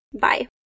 Bye